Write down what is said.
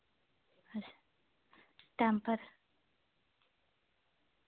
temper